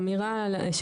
לא רק מבחינת האחריות